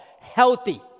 healthy